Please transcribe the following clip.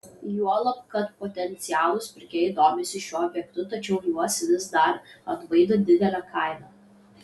juolab kad potencialūs pirkėjai domisi šiuo objektu tačiau juos vis dar atbaido didelė kaina